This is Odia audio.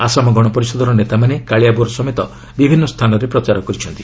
ଆସାମ ଗଣପରିଷଦର ନେତାମାନେ କାଳିଆବୋର୍ ସମେତ ବିଭିନ୍ନ ସ୍ଥାନରେ ପ୍ରଚାର କରିଛନ୍ତି